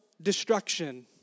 destruction